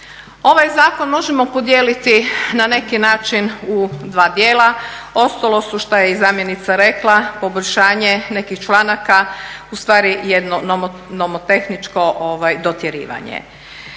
Ovaj zakon možemo podijeliti na neki način u dva dijela, ostalo su što je i zamjenica rekla poboljšanje nekih članaka ustvari jedno nomotehničko dotjerivanje.